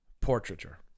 Portraiture